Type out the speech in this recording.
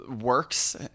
works